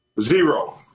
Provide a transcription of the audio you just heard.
Zero